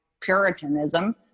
puritanism